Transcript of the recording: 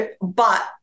but-